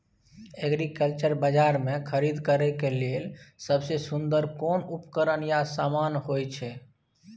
Agriculture बाजार में खरीद करे के लेल सबसे सुन्दर कोन उपकरण या समान होय छै?